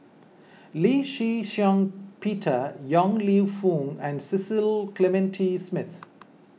Lee Shih Shiong Peter Yong Lew Foong and Cecil Clementi Smith